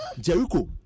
Jericho